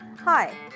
Hi